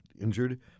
injured